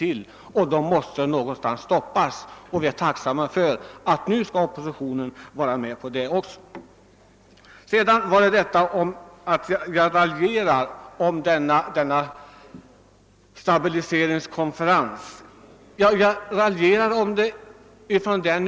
Vi måste stoppa någonstans och vi är tacksamma för att oppositionen nu vill vara med. Sedan nämndes att jag raljerade om stabiliseringskonferensen.